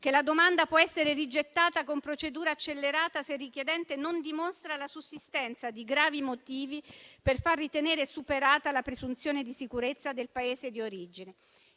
che la domanda può essere rigettata con procedura accelerata, se il richiedente non dimostra la sussistenza di gravi motivi per far ritenere superata la presunzione di sicurezza del Paese di origine.